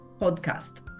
podcast